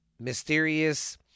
mysterious